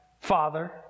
father